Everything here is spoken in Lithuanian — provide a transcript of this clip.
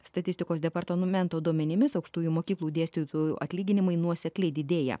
statistikos departamento duomenimis aukštųjų mokyklų dėstytojų atlyginimai nuosekliai didėja